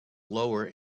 lower